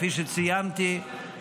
כפי שציינתי,